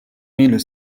mille